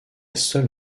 seule